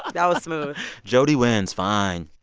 and was smooth jody wins, fine.